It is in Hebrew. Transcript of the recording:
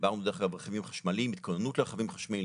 דיברנו בדרך כלל על רכבים חשמליים ועל התכוננות לרכבים חשמליים,